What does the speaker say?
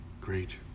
great